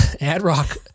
Ad-Rock